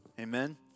Amen